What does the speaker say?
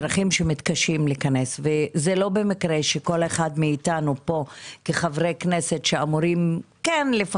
כאשר כל קבוצה שמתקשה צריך לחשוב שהפתרון יתאים לה באופן